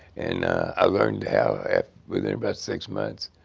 and i learned how within about six months.